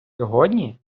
сьогодні